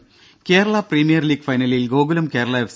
ദേദ Kerala premier league ഫൈനലിൽ Gokulam Kerala F